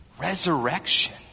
resurrection